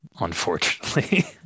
unfortunately